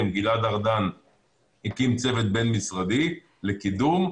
גלעד ארדן הקים צוות בין-משרדי לקידום,